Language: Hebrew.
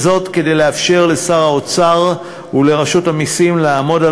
כדי לאפשר לשר האוצר ולרשות המסים לעמוד על